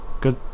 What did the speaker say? good